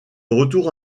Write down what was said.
retour